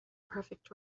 perfect